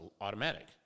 automatic